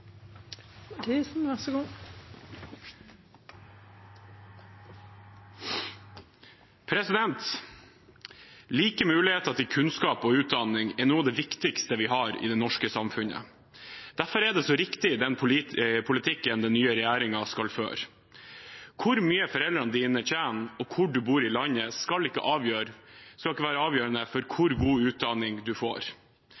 noe av det viktigste vi har i det norske samfunnet. Derfor er den politikken som den nye regjeringen skal føre, så riktig. Hvor mye foreldrene dine tjener, og hvor du bor i landet, skal ikke være avgjørende for